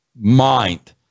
mind